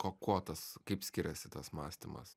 kokuotas kaip skiriasi tas mąstymas